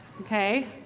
Okay